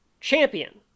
champion